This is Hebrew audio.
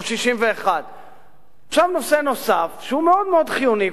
או 61. עכשיו נושא נוסף, שהוא מאוד מאוד חיוני.